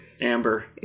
amber